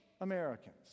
americans